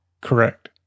Correct